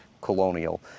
colonial